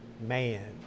man